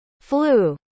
flu